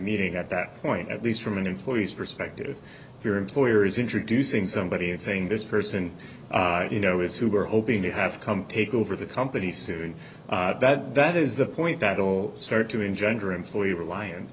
meeting at that point at least from an employee's perspective if your employer is introducing somebody and saying this person you know is who are hoping to have come take over the company soon and that that is the point that will start to engender employee relian